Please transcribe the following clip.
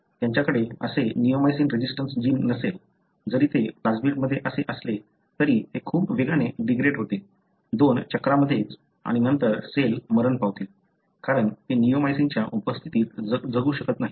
ज्यांच्याकडे असे neomycin resistance gene नसले जरी ते प्लाझमिडमध्ये असे असले तरी ते खूप वेगाने डिग्रेड होते दोन चक्रामध्येच आणि नंतर सेल मरण पावतील कारण ते निओमायसिनच्या उपस्थितीत जगू शकत नाहीत